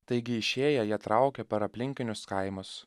taigi išėję jie traukia per aplinkinius kaimus